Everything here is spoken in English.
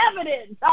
evidence